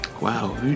Wow